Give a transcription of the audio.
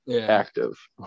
active